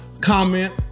comment